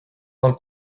del